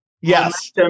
Yes